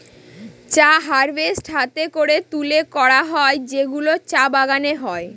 চা হারভেস্ট হাতে করে তুলে করা হয় যেগুলো চা বাগানে হয়